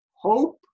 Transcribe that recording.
hope